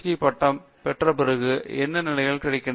பட்டம் பெற்ற பிறகு என்ன நிலைகள் கிடைக்கின்றன